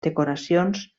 decoracions